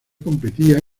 competía